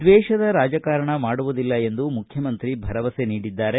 ದ್ವೇಷದರಾಜಕಾರಣ ಮಾಡುವುದಿಲ್ಲ ಎಂದು ಮುಖ್ಯಮಂತ್ರಿ ಭರವಸೆ ನೀಡಿದ್ದಾರೆ